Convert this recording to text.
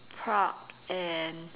Prague and